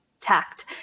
tact